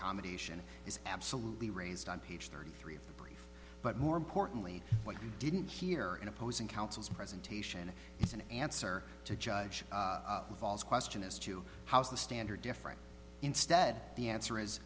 compensation is absolutely raised on page thirty three of the brief but more importantly what you didn't hear in opposing counsel's presentation is an answer to judge valls question as to how is the standard different instead the answer is